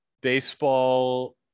baseball